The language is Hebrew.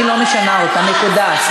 אני לא משנה אותה, נקודה.